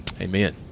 amen